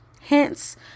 Hence